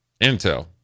intel